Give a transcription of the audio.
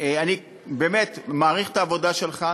אני באמת מעריך את העבודה שלך.